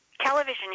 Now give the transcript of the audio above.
television